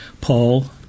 Paul